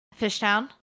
Fishtown